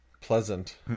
pleasant